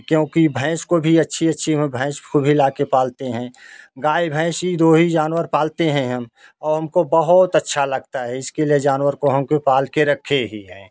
क्योंकि भैंस को भी अच्छी अच्छी हम भैंस को भी लाके पालते है गाय भैंस ही दो ही जानवर पालते हैं हम और हमको बहुत अच्छा लगता है इसके लिए जानवर को हमको पाल के रखे ही हैं